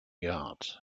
yards